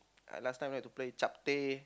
I last time like to play Chapteh